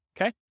Okay